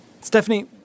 Stephanie